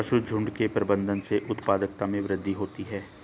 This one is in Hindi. पशुझुण्ड के प्रबंधन से उत्पादकता में वृद्धि होती है